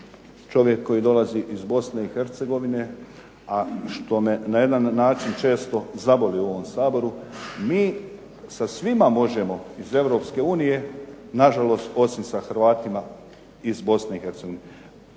čovjek koji dolazi iz BiH, a i što me na jedan način često zaboli u ovom Saboru, mi sa svima možemo iz EU, nažalost osim sa Hrvatima iz BiH. Počesto se